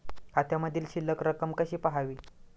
खात्यामधील शिल्लक रक्कम कशी पहावी?